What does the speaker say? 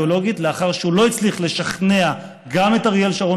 לאחר שהוא לא הצליח לשכנע גם את אריאל שרון